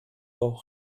port